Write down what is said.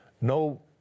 no